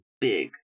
big